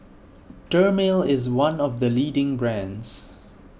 Dermale is one of the leading brands